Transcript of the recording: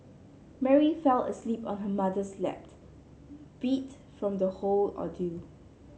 Mary fell asleep on her mother's lap beat from the whole ordeal